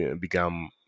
become